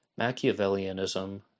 Machiavellianism